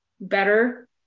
better